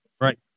Right